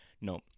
No